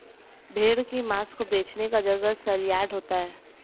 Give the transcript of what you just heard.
भेड़ की मांस को बेचने का जगह सलयार्ड होता है